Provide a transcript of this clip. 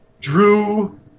Drew